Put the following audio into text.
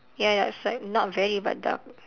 ya ya it's like not very but dark